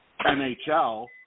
NHL